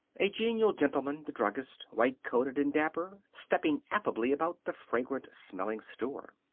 a genial gentleman, the druggist, white-coated and dapper, stepping affably about the fragrant-smelling store.